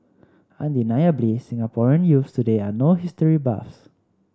undeniably Singaporean youths today are no history buffs